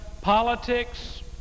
politics